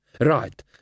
Right